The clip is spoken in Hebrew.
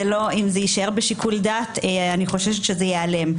זה לא אם זה יישאר בשיקול דעת אני חוששת שזה ייעלם.